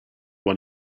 one